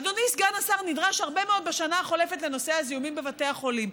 אדוני סגן השר נדרש הרבה מאוד בשנה החולפת לנושא הזיהומים בבתי החולים.